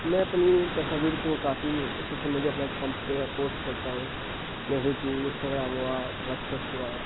میں اپنی تصاویر کو کافی سوشل میڈیا پلیٹ فام پہ پوسٹ کرتا ہوں جیسے کہ انسٹاگرام ہوا واٹس ایپ ہوا